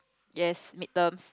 yes mid terms